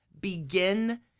begin